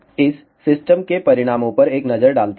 इस सिस्टम के परिणामों पर एक नजर डालते हैं